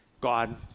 God